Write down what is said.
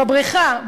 בבריכה,